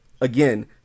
again